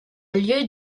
lieu